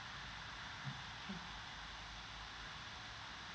mm